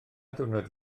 ddiwrnod